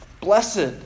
Blessed